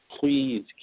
please